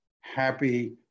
happy